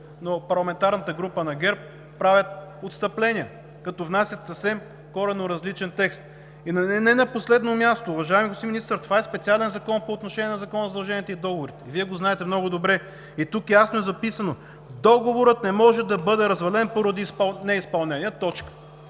но парламентарната група на ГЕРБ правят отстъпления, като внасят съвсем коренно различен текст. И не на последно място, уважаеми господин Министър, това е специален закон по отношение на Закона за задълженията и договорите, Вие го знаете много добре! И тук ясно е записано: договорът не може да бъде развален поради неизпълнение.